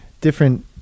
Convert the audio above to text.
different